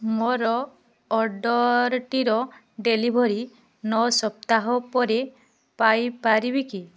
ମୋର ଅର୍ଡ଼ର୍ଟିର ଡେଲିଭରି ନଅ ସପ୍ତାହ ପରେ ପାଇପାରିବି କି